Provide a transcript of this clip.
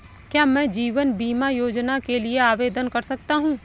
क्या मैं जीवन बीमा योजना के लिए आवेदन कर सकता हूँ?